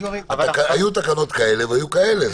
היו תקנות כאלה והיו כאלה.